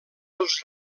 els